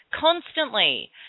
constantly